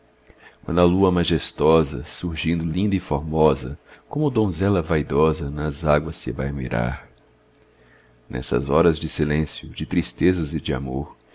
quando a lua majestosa surgindo linda e formosa como donzela vaidosa nas águas se vai mirar nessas horas de silêncio de tristezas e de amor